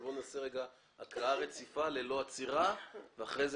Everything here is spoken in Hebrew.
בואו נעשה הקראה רציפה ללא עצירה ואחר כך